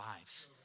lives